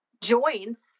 joints